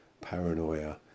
Paranoia